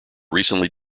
recently